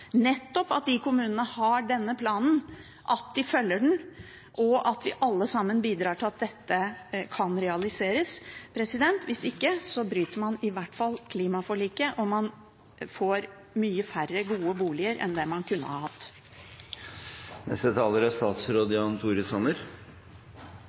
nettopp at kommunene har denne planen, at de følger den, og at vi alle sammen bidrar til at dette kan realiseres. Hvis ikke bryter man i hvert fall klimaforliket, og man får mye færre gode boliger enn det man kunne hatt.